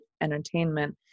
entertainment